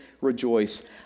rejoice